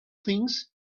things